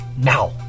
Now